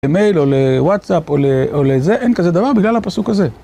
למייל או לוואטסאפ או לזה, אין כזה דבר בגלל הפסוק הזה.